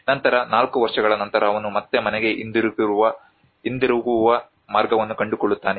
ನಂತರ 4 ವರ್ಷಗಳ ನಂತರ ಅವನು ಮತ್ತೆ ಮನೆಗೆ ಹಿಂದಿರುಗುವ ಮಾರ್ಗವನ್ನು ಕಂಡುಕೊಳ್ಳುತ್ತಾನೆ